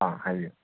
ꯑꯥ ꯍꯥꯏꯕꯤꯌꯨ